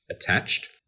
attached